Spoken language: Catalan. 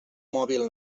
mòbil